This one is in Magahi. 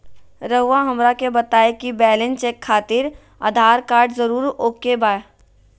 रउआ हमरा के बताए कि बैलेंस चेक खातिर आधार कार्ड जरूर ओके बाय?